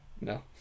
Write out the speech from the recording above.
No